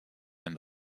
and